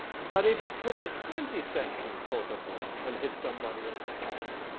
but if you took a twenty century photo book and hit somebody over the head,